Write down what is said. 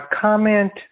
comment